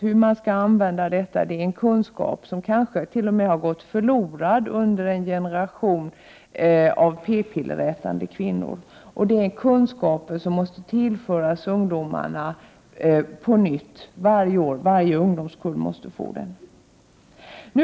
Hur man skall använda kondom är en kunskap som kanske t.o.m. har gått förlorad under en generation av p-pillerätande kvinnor. Det är kunskaper som på nytt måste tillföras ungdomarna. Varje ungdomskull måste få sådan undervisning.